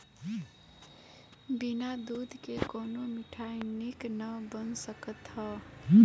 बिना दूध के कवनो मिठाई निक ना बन सकत हअ